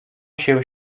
się